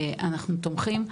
אנחנו תומכים,